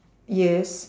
yes